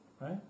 right